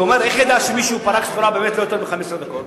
הוא אומר: איך נדע שמישהו פרק סחורה לא יותר מ-15 דקות?